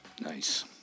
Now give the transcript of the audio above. Nice